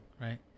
right